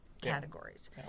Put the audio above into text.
categories